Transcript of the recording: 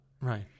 Right